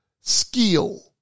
skill